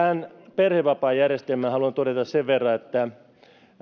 perhevapaajärjestelmästä haluan todeta sen verran että